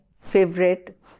favorite